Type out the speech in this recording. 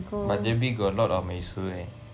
but J_B got a lot of 美食 leh